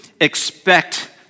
Expect